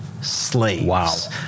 slaves